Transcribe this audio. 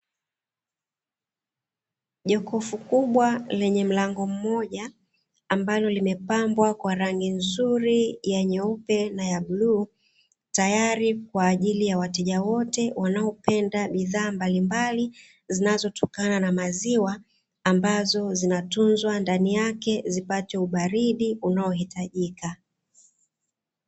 Jokofu kubwa lenye mlango mmoja, ambalo limepambwa kwa rangi nzuri ya nyeupe na ya bluu, tayari kwa ajili ya wateja wote wanaopenda bidhaa mbalimbali zinazotokana na maziwa, ambazo zinatunzwa ndani yake zipate ubaridi unaohitajika.